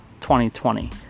2020